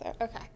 Okay